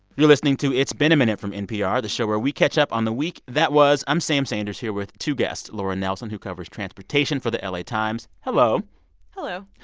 you're listening to it's been a minute from npr, the show where we catch up on the week that was. i'm sam sanders here with two guests laura nelson, who covers transportation for the la times hello hello.